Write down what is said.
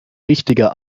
wichtiger